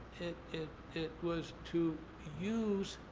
it it was to use